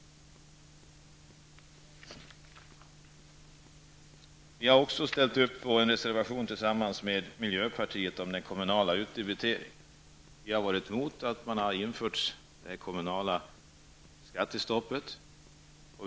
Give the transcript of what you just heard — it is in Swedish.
Vi har ställt oss bakom en reservation tillsammans med miljöpartiet om den kommunala utdebiteringen. Vi har varit emot att det har införts ett kommunalt skattestopp.